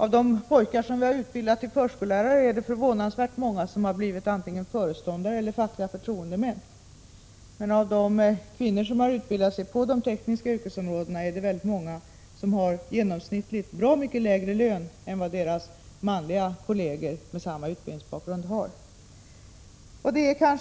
Av de pojkar som vi har utbildat till förskollärare är det förvånansvärt många som har blivit antingen föreståndare eller också fackliga förtroendemän. Men av de kvinnor som har utbildat sig inom de tekniska yrkesområdena har många genomsnittligt sett bra mycket lägre lön än sina manliga kolleger med samma utbildningsbakgrund. Detta